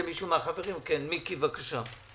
מיקי, בבקשה.